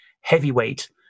heavyweight